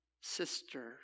sister